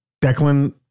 Declan